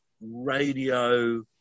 radio